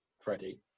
Freddie